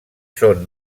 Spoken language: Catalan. són